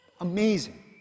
Amazing